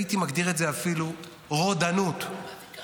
הייתי מגדיר את אפילו רודנות -- מה זה קשור?